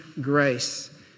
grace